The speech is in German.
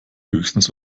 höchstens